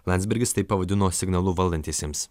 landsbergis tai pavadino signalu valdantiesiems